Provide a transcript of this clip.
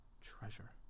treasure